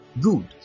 Good